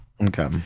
Okay